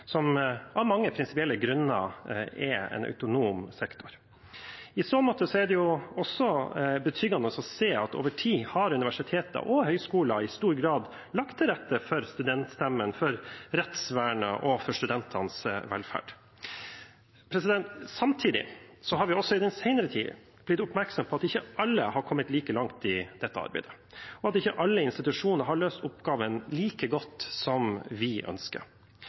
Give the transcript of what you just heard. som av mange prinsipielle grunner er en autonom sektor. I så måte er det betryggende å se at over tid har universiteter og høyskoler i stor grad lagt til rette for studentstemmen, for rettsvernet og for studentenes velferd. Samtidig har vi i den senere tid blitt oppmerksom på at ikke alle har kommet like langt i dette arbeidet, og at ikke alle institusjoner har løst oppgaven like godt som vi ønsker.